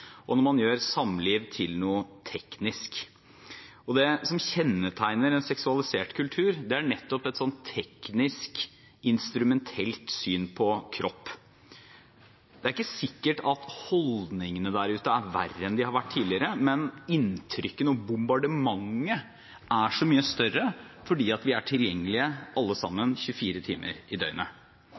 og når man gjør samliv til noe teknisk. Det som kjennetegner en seksualisert kultur, er nettopp et sånt teknisk, instrumentelt syn på kropp. Det er ikke sikkert at holdningene der ute er verre enn de har vært tidligere, men inntrykkene og bombardementet er så mye større fordi vi er tilgjengelige, alle sammen, 24 timer i døgnet.